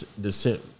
descent